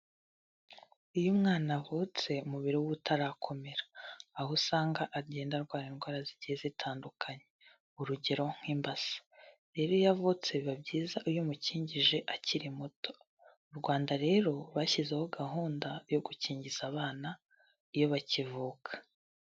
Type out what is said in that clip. Iyo umwana avutse umubiri we uba utarakomera, aho usanga agenda arwara indwara zigiye zitandukanye, urugero nk'imbasa, rero iyo avutse biba byiza iyo umukingije akiri muto. Mu Rwanda rero bashyizeho gahunda yo gukingiza abana iyo bakivuka.